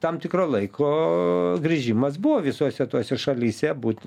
tam tikro laiko grįžimas buvo visose tose šalyse būt